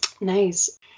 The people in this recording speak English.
nice